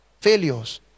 failures